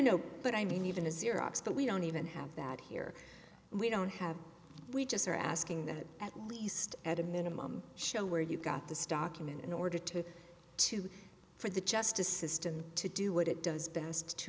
know but i mean even a xerox that we don't even have that here we don't have we just are asking that at least at a minimum show where you got this document in order to to for the justice system to do what it does best to